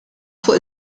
fuq